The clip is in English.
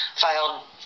filed